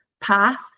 path